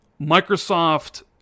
Microsoft